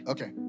Okay